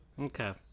okay